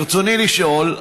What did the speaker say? ברצוני לשאול: